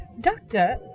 Doctor